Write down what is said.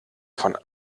von